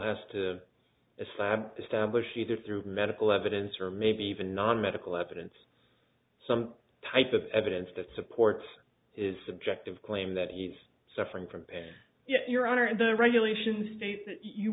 has to a slab establish either through medical evidence or maybe even non medical evidence some type of evidence that supports is subjective claim that he's suffering from a yes your honor and the regulations state that you